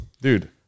Dude